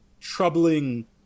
troubling